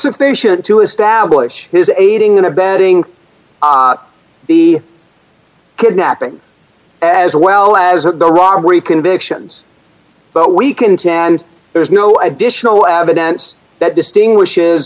sufficient to establish his aiding and abetting the kidnapping as well as the robbery convictions but we can to and there's no additional evidence that distinguishes